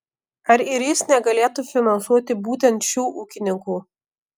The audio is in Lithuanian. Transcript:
ar ir jis negalėtų finansuoti būtent šių ūkininkų